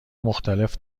مختلف